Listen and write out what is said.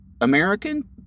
American